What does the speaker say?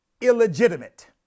illegitimate